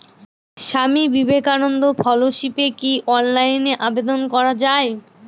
স্বামী বিবেকানন্দ ফেলোশিপে কি অনলাইনে আবেদন করা য়ায়?